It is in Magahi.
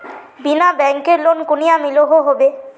बिना बैंकेर लोन कुनियाँ मिलोहो होबे?